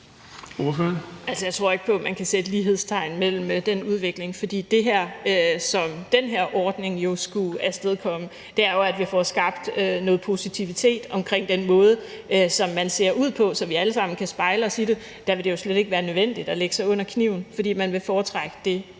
Jeg tror ikke på, at man kan sætte lighedstegn mellem det og den udvikling, fordi det, som den her ordning skulle afstedkomme, jo er, at vi får skabt noget positivitet omkring den måde, som man ser ud på, så vi alle sammen kan spejle os i det. Der vil det jo slet ikke være nødvendigt at lægge sig under kniven, fordi man vil foretrække det,